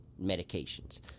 medications